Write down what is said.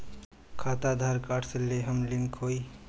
खाता आधार कार्ड से लेहम लिंक होई?